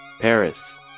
Paris